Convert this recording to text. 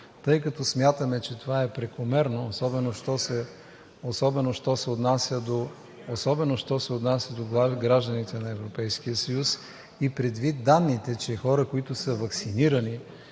Тъй като смятаме, че това е прекомерно, особено що се отнася до гражданите на Европейския съюз, и предвид данните, че хора, които са ваксинирани,